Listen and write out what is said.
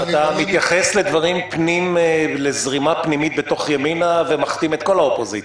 אתה מתייחס לזרימה הפנימית בתוך ימינה ומכתים את כל האופוזיציה.